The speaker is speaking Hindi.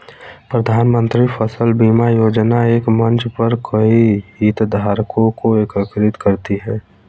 प्रधानमंत्री फसल बीमा योजना एक मंच पर कई हितधारकों को एकीकृत करती है